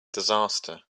disaster